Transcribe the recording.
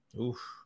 Oof